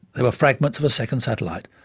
they were fragments of a second satellite,